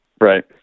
Right